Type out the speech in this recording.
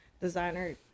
designer